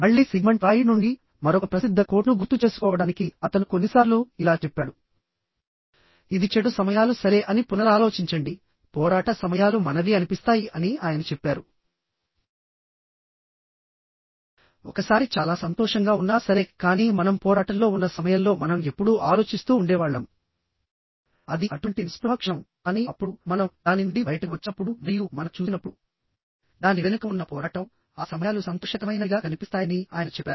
మళ్ళీ Sigmund Freud నుండి మరొక ప్రసిద్ధ కోట్ను గుర్తుచేసుకోవడానికి అతను కొన్నిసార్లు ఇలా చెప్పాడు ఇది చెడు సమయాలు సరే అని పునరాలోచించండి పోరాట సమయాలు మనవి అనిపిస్తాయి అని ఆయన చెప్పారు ఒకసారి చాలా సంతోషంగా ఉన్నా సరే కానీ మనం పోరాటంలో ఉన్న సమయంలో మనం ఎప్పుడూ ఆలోచిస్తూ ఉండేవాళ్ళం అది అటువంటి నిస్పృహ క్షణం కానీ అప్పుడు మనం దాని నుండి బయటకు వచ్చినప్పుడు మరియు మనం చూసినప్పుడు దాని వెనుక ఉన్న పోరాటం ఆ సమయాలు సంతోషకరమైనవిగా కనిపిస్తాయని ఆయన చెప్పారు